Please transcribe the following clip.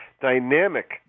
dynamic